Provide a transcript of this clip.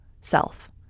self